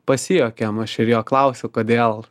pasijuokėm aš ir jo klausiu kodėl